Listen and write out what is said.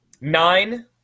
nine